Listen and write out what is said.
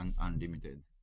unlimited